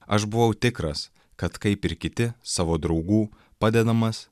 aš buvau tikras kad kaip ir kiti savo draugų padedamas